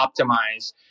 optimize